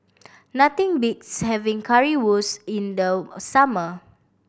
nothing beats having Currywurst in the summer